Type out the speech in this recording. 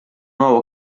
nuovo